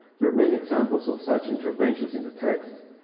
there are many examples of such interventions in the text,